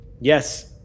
Yes